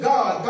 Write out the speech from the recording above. God